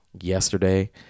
yesterday